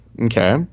okay